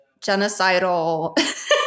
genocidal